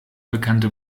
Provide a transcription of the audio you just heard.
bekannte